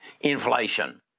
inflation